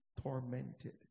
tormented